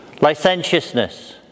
licentiousness